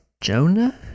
Jonah